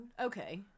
Okay